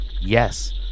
Yes